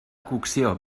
cocció